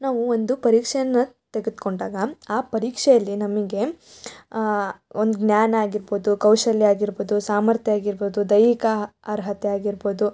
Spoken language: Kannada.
ನಾವು ಒಂದು ಪರೀಕ್ಷೆಯನ್ನು ತೆಗೆದುಕೊಂಡಾಗ ಆ ಪರೀಕ್ಷೆಯಲ್ಲಿ ನಮಗೆ ಒಂದು ಜ್ಞಾನ ಆಗಿರ್ಬೋದು ಕೌಶಲ್ಯ ಆಗಿರ್ಬೋದು ಸಾಮರ್ಥ್ಯ ಆಗಿರ್ಬೋದು ದೈಹಿಕ ಅರ್ಹತೆ ಆಗಿರ್ಬೋದು